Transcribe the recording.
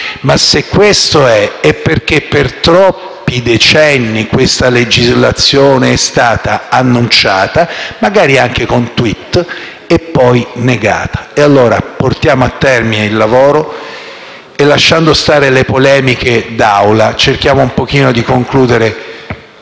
Ma se questo è, è perché per troppi decenni questa legislazione è stata annunciata, magari anche con un *tweet*, e poi negata. Portiamo dunque a termine il lavoro e, lasciando stare le polemiche d'Aula, cerchiamo un pochino di concludere